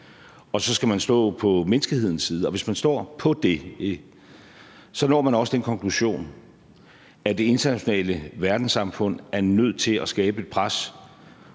Og så skal man stå på menneskehedens side. Hvis man står på det, når man også den konklusion, at det internationale verdenssamfund er nødt til at skabe et pres